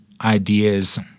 ideas